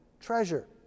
treasure